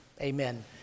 Amen